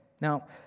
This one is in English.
Now